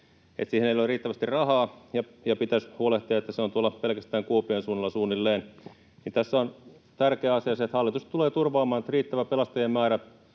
siihen ei ole riittävästi rahaa ja pitäisi huolehtia, että koulutus on, suunnilleen, pelkästään tuolla Kuopion suunnalla. Tässä on tärkeä asia se, että hallitus tulee turvaamaan, että on riittävä pelastajien määrä